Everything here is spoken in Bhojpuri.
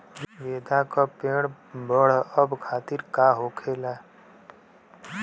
गेंदा का पेड़ बढ़अब खातिर का होखेला?